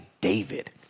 David